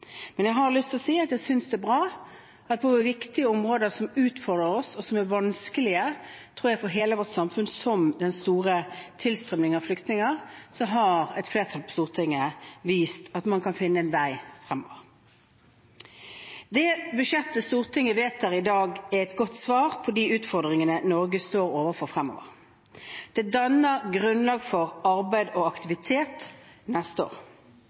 men jeg har lyst til å si at jeg synes det er bra at på viktige områder som utfordrer oss og er vanskelige for hele vårt samfunn – som den store tilstrømningen av flyktninger – har et flertall på Stortinget vist at man kan finne en vei fremover. Det budsjettet Stortinget vedtar i dag, er et godt svar på de utfordringene Norge står overfor fremover. Det danner grunnlag for arbeid og aktivitet neste år,